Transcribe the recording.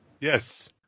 Yes